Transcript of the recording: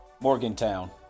Morgantown